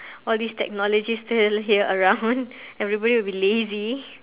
all these technology still here around everybody will be lazy